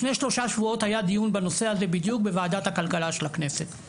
לפני שלושה שבועות היה דיון בנושא הזה בדיוק בוועדת הכלכלה של הכנסת.